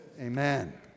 Amen